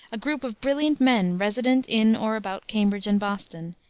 a group of brilliant men resident in or about cambridge and boston,